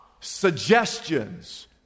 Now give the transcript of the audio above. suggestions